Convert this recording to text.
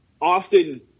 Austin